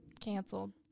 canceled